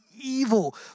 evil